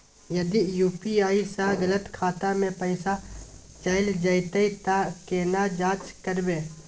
यदि यु.पी.आई स गलत खाता मे पैसा चैल जेतै त केना जाँच करबे?